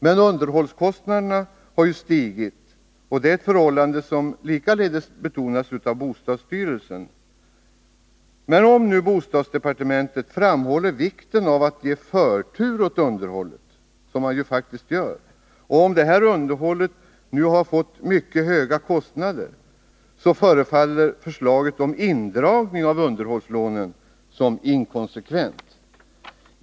Men underhållskostnaderna har stigit — ett förhållande som likaledes betonas av bostadsstyrelsen. Om nu bostadsdepartementet framhåller vikten av att ge förtur åt underhållet och om detta underhåll drar mycket stora kostnader, så förefaller förslaget om indragning av underhållslånen inkonsekvent.